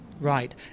right